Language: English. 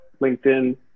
LinkedIn